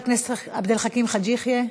חבר הכנסת עבד אל חכים חאג' יחיא,